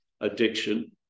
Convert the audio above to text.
addiction